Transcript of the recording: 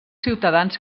ciutadans